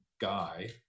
guy